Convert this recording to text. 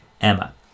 Emma